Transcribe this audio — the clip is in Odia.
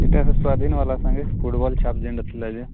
ଏଇଟା ହେଲା ସ୍ୱାଧୀନବାଲା ସାଙ୍ଗେ ଫୁଟ୍ବଲ୍ ଛାପ୍ ଯେନ୍ଟା ଥିଲା ଯେ